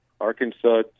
Arkansas